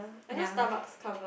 ya